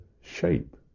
shape